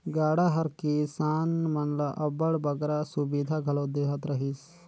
गाड़ा हर किसान मन ल अब्बड़ बगरा सुबिधा घलो देहत रहिस